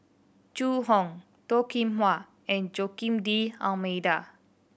Zhu Hong Toh Kim Hwa and Joaquim D'Almeida